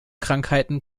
krankheiten